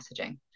messaging